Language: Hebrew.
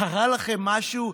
קרה לכם משהו?